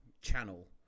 channel